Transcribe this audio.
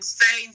say